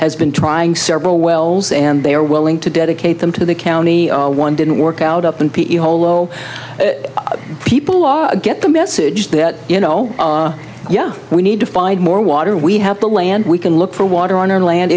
has been trying several wells and they are willing to dedicate them to the county one didn't work out up and holo people law get the message that you know yeah we need to find more water we have the land we can look for water on our land